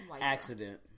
accident